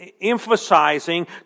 emphasizing